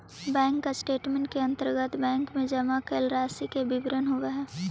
bank statement के अंतर्गत bank में जमा कैल राशि के विवरण होवऽ हइ